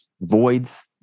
voids